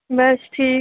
बस ठीक